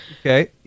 Okay